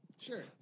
Sure